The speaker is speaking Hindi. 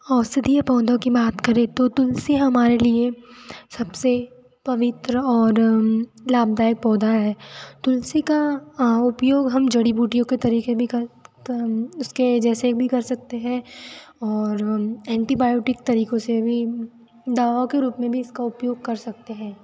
औषधीय पौधों की बात करें तो तुलसी हमारे लिए सबसे पवित्र और लाभदायक पौधा है तुलसी का उपयोग हम जड़ी बूटियों के तरीके भी उसके जैसे भी कर सकते हैं और एंटीबायोटिक तरीकों से भी दवा के रूप में भी इसका उपयोग कर सकते हैं